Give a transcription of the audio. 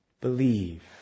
believe